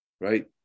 Right